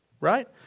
right